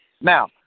Now